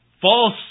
False